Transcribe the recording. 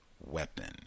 weapon